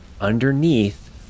underneath